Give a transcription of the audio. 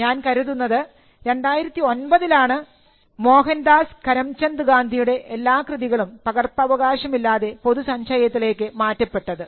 ഞാൻ കരുതുന്നത് 2009ലാണ് മോഹൻദാസ് കരംചന്ദ് ഗാന്ധിയുടെ എല്ലാ കൃതികളും പകർപ്പവകാശം ഇല്ലാതെ പൊതു സഞ്ജയത്തിലേക്ക് മാറ്റപ്പെട്ടത്